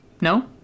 No